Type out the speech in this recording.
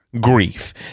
grief